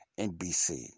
NBC